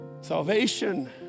salvation